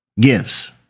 Gifts